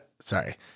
sorry